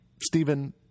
Stephen